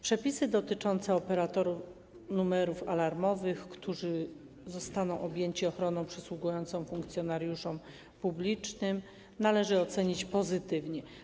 Przepisy dotyczące operatorów numerów alarmowych, którzy zostaną objęci ochroną przysługującą funkcjonariuszom publicznym, należy ocenić pozytywnie.